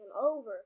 over